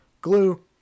Glue